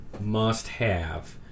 must-have